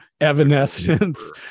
evanescence